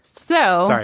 so. all right.